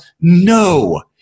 No